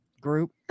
group